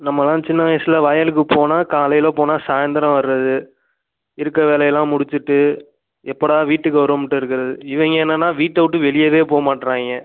நம்மள்லாம் சின்ன வயசில் வயலுக்கு போனால் காலையில் போனால் சாய்ந்தரம் வர்றது இருக்கிற வேலையெல்லாம் முடிச்சுட்டு எப்போடா வீட்டுக்கு வருவோம்ட்டு இருக்கிறது இவங்க என்னென்னா வீட்டை விட்டு வெளியவே போக மாட்றாங்க